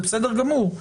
זה בסדר גמור.